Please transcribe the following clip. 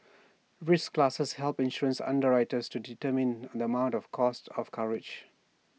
risk classes help insurance underwriters to determine the amount and cost of coverage